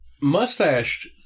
Mustached